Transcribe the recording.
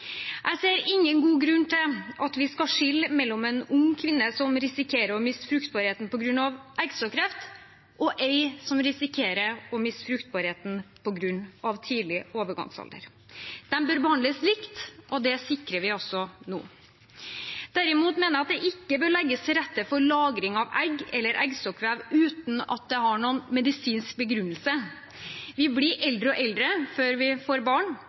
Jeg ser ingen god grunn til at vi skal skille mellom en ung kvinne som risikerer å miste fruktbarheten på grunn av eggstokkreft, og en som risikerer å miste fruktbarheten på grunn av tidlig overgangsalder. De bør behandles likt, og det sikrer vi altså nå. Derimot mener jeg at det ikke bør legges til rette for lagring av egg eller eggstokkvev uten at det har noen medisinsk begrunnelse. Vi blir eldre og eldre før vi får barn.